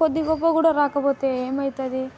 కొద్ది గొప్పో కూడా రాకపోతే ఏమవుతుంది